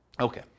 Okay